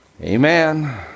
Amen